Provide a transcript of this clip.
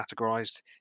categorized